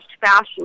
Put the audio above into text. fashion